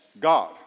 God